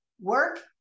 work